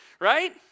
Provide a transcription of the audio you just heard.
right